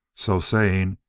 so saying,